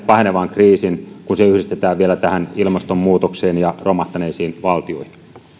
pahenevan humanitäärisen kriisin kun se yhdistetään vielä tähän ilmastonmuutokseen ja romahtaneisiin valtioihin